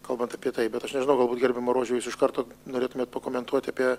kalbant apie tai bet aš nežinau galbūt gerbiama rože jūs iš karto norėtumėt pakomentuot apie